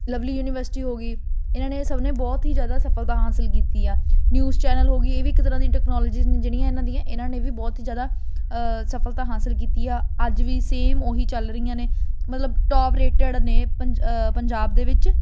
Lovely University ਹੋ ਗਈ ਇਹਨਾਂ ਨੇ ਸਭ ਨੇ ਬਹੁਤ ਹੀ ਜ਼ਿਆਦਾ ਸਫਲਤਾ ਹਾਸਿਲ ਕੀਤੀ ਆ ਨਿਊਜ਼ ਚੈਨਲ ਹੋ ਗਈ ਇਹ ਵੀ ਇੱਕ ਤਰ੍ਹਾਂ ਦੀ ਟੈਕਨੋਲੋਜੀ ਨੇ ਜਿਹੜੀਆਂ ਇਹਨਾਂ ਦੀਆਂ ਇਹਨਾਂ ਨੇ ਵੀ ਬਹੁਤ ਹੀ ਜ਼ਿਆਦਾ ਸਫਲਤਾ ਹਾਸਿਲ ਕੀਤੀ ਆ ਅੱਜ ਵੀ ਸੇਮ ਉਹੀ ਚੱਲ ਰਹੀਆਂ ਨੇ ਮਤਲਬ ਟੋਪ ਰੇਟਡ ਨੇ ਪੰ ਪੰਜਾਬ ਦੇ ਵਿੱਚ